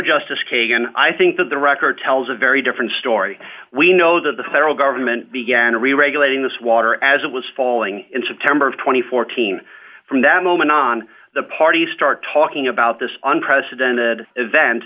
justice kagan i think that the record tells a very different story we know that the federal government began reregulating this water as it was falling in september of two thousand and fourteen from that moment on the party start talking about this unprecedented event